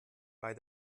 bei